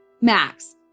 max